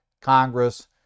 Congress